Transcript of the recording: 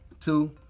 two